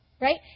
right